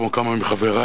כמו כמה מחברי,